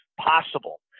possible